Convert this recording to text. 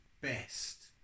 best